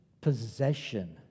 possession